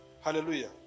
Hallelujah